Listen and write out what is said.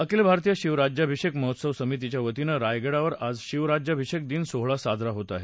अखिल भारतीय शिवराज्याभिषेक महोत्सव समितीच्या वतीनं रायगडावर आज शिवराज्याभिषेक दिन सोहळा साजरा होत आहे